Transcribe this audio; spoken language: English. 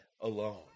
alone